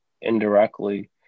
indirectly